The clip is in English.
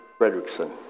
Fredrickson